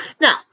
Now